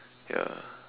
ya